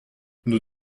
nos